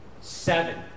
seven